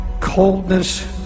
coldness